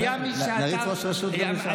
להריץ ראש רשות גם לשם.